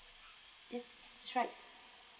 yes that's right